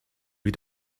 wie